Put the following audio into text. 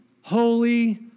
holy